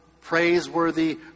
praiseworthy